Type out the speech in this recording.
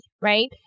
right